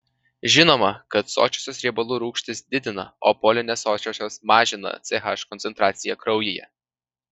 žinoma kad sočiosios riebalų rūgštys didina o polinesočiosios mažina ch koncentraciją kraujyje